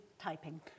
typing